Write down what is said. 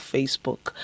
Facebook